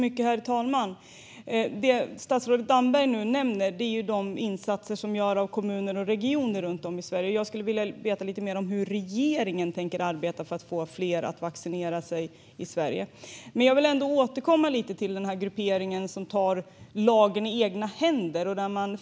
Herr talman! Det statsrådet Damberg nu nämner är de insatser som görs av kommuner och regioner runt om i Sverige, och jag skulle vilja veta lite mer om hur regeringen tänker arbeta för att få fler att vaccinera sig i Sverige. Jag vill återkomma lite till grupperingen som tar lagen i egna händer.